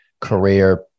career